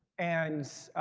and